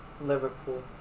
Liverpool